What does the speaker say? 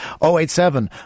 087